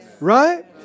right